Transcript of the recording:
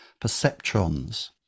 perceptrons